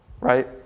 right